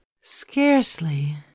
Scarcely